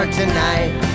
tonight